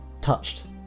touched